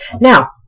Now